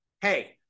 Hey